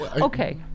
Okay